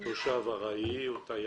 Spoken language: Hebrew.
או תושב ארעי או תייר.